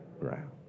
ground